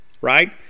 right